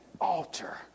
Altar